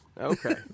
Okay